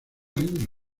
año